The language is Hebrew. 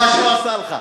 מה שהוא עשה לך.